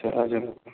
हजुर